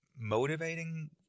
motivating